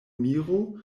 miro